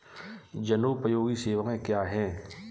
जनोपयोगी सेवाएँ क्या हैं?